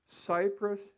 Cyprus